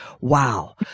Wow